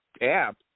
app